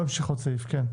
נמשיך לסעיף הבא.